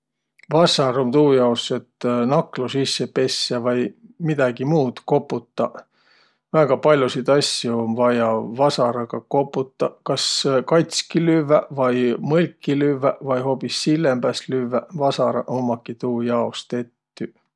Vassar um tuu jaos, et naklu sisse pessäq vai midägi muud koputaq. Väega pall'osit asjo um vaia vasaragaq koputaq. Kas katski lüvväq vai mõlki lüvväq vai hoobis sillembäs lüvväq. Vasaraq ummaki tuu jaos tettüq.